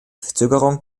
verzögerung